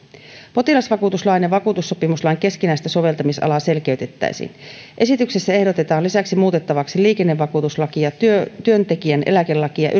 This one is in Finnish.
potilasvakuutuslain ja vakuutussopimuslain keskinäistä soveltamisalaa selkeytettäisiin esityksessä ehdotetaan lisäksi muutettavaksi liikennevakuutuslakia työntekijän eläkelakia